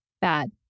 bad